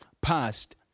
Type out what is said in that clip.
passed